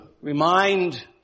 remind